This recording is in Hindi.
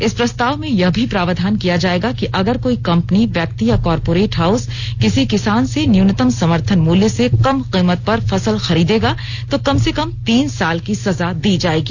इस प्रस्ताव में यह भी प्रावधान किया जाएगा कि अगर कोई कंपनी व्यक्ति या कारपोरेट हाउस किसी किसान से न्यूनतम समर्थन मूल्य से कम कीमत पर फसल खरीदेगा तो कम से कम तीन साल की सजा दी जाएगी